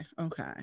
okay